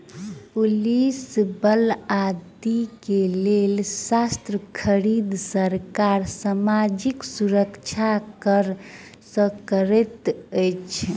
police बल आदि के लेल शस्त्र खरीद, सरकार सामाजिक सुरक्षा कर सँ करैत अछि